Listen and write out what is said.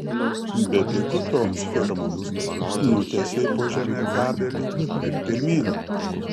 bepigu toms firmoms nutiesei po žeme kabelį ir pirmyn